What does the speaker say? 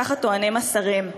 ככה טוענים השרים.